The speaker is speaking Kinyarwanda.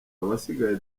abasigaye